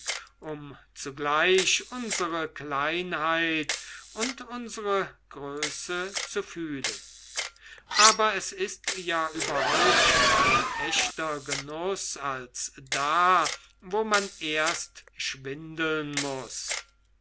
um zugleich unsere kleinheit und unsere größe zu fühlen aber es ist ja überhaupt kein echter genuß als da wo man erst schwindeln muß